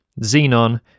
xenon